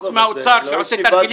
חוץ מהאוצר שעושה תרגילים?